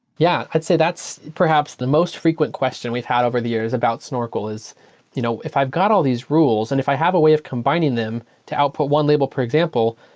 yeah. i'd say that's perhaps the most frequent question we've had over the years about snorkel, is you know if i've got all these rules and if i have a way of combining them to output one label per example,